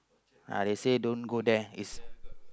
uh they say don't go there is